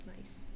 Nice